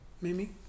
Mimi